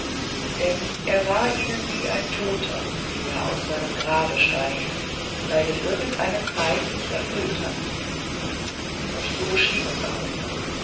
denn er war ihnen wie ein toter der aus seinem grabe steigt weil irgend eine zeit sich erfüllt hat und so schien es auch